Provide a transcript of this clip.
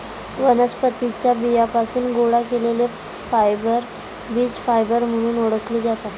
वनस्पतीं च्या बियांपासून गोळा केलेले फायबर बीज फायबर म्हणून ओळखले जातात